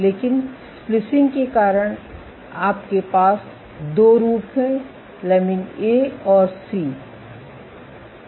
लेकिन स्प्लीसिंग के कारण आपके पास 2 रूप हैं लमिन ए और सी